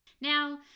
Now